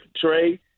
Trey